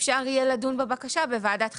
אפשר יהיה לדון בבקשה בוועדת חריגים.